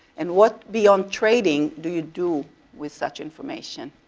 and what beyond trading do you do with such information?